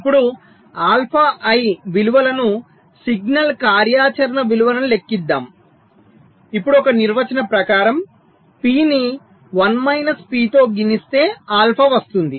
ఇప్పుడు alpha i విలువలను signal కార్యాచరణ విలువలను లెక్కిద్దాం ఇప్పుడు ఒక నిర్వచనం ప్రకారం P ని 1 మైనస్ P తో గుణిస్తే ఆల్ఫా వస్తుంది